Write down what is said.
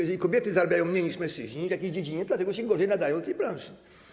Jeżeli kobiety zarabiają mniej niż mężczyźni w jakiejś dziedzinie, to dlatego że się gorzej nadają do tej branży.